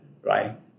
right